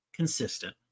Consistent